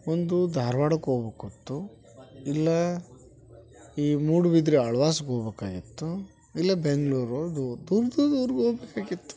ಒಂದೋ ಧಾರ್ವಾಡಕ್ಕೆ ಹೋಗ್ಬಕತ್ತು ಇಲ್ಲಾ ಈ ಮೂಡುಬಿದ್ರೆ ಆಳ್ವಾಸ್ಗೆ ಹೋಗ್ಬಕಾಗಿತ್ತು ಇಲ್ಲ ಬೆಂಗಳೂರೋ ದೂರ ದೂರ್ದ ಊರ್ಗೆ ಹೋಗ್ಬೇಕಾಗಿತ್ತು